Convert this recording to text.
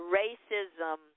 racism